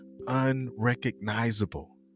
unrecognizable